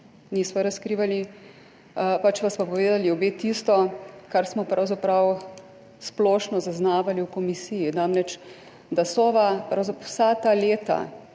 Nisva razkrivali, pač pa sva povedali obe tisto, kar smo pravzaprav splošno zaznavali v komisiji, namreč da Sova vsa ta leta